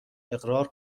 اقرار